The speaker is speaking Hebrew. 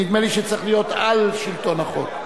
נדמה לי שצריך להיות "על שלטון החוק",